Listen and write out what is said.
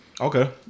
Okay